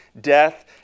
death